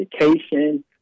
education